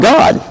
God